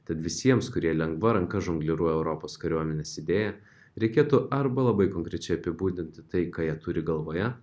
tad visiems kurie lengva ranka žongliruoja europos kariuomenės idėja reikėtų arba labai konkrečiai apibūdinti tai ką jie turi galvoje